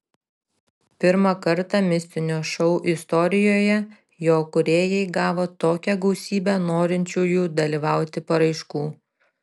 pirmą kartą mistinio šou istorijoje jo kūrėjai gavo tokią gausybę norinčiųjų dalyvauti paraiškų